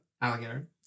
alligator